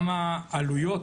גם העלויות